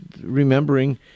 remembering